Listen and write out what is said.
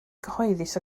cyhoeddus